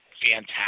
fantastic